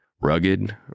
Rugged